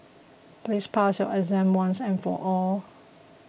please pass your exam once and for all